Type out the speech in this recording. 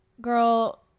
Girl